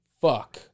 fuck